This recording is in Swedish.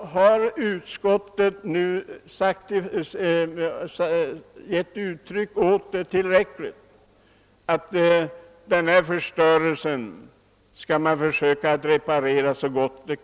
Utskottet har nu uttalat att de förstörda detaljerna skall repareras så väl som möjligt.